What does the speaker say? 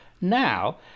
now